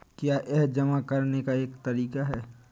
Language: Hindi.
क्या यह जमा करने का एक तरीका है?